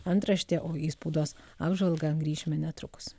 antraštė o į spaudos apžvalgą grįšime netrukus